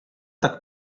tak